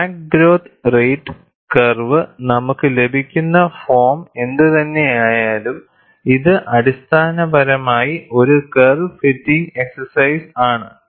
crack growth rate curve നമുക്ക് ലഭിക്കുന്ന form എന്തുതന്നെയായാലും ഇത് അടിസ്ഥാനപരമായി ഒരു കർവ് ഫിറ്റിംഗ് എക്സ്സെർസൈസ് ആണ്